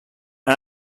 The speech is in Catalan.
han